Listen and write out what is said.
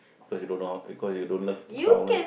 because you don't know how because you don't love to count right